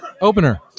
Opener